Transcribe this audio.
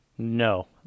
No